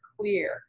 clear